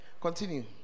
Continue